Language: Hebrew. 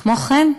כמו כן,